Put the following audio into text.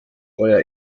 euer